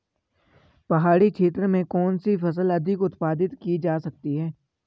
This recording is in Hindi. पहाड़ी क्षेत्र में कौन सी फसल अधिक उत्पादित की जा सकती है?